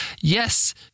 Yes